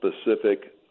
specific